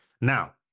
Now